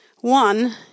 One